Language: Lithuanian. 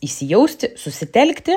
įsijausti susitelkti